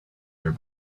her